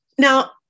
Now